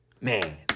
Man